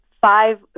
five